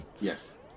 yes